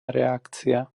reakcia